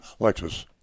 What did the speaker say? Lexus